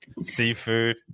seafood